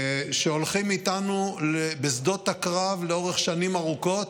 שהולכים איתנו בשדות הקרב לאורך שנים ארוכות,